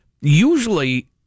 usually